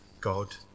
God